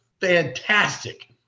fantastic